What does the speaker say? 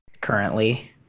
currently